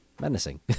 menacing